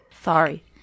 Sorry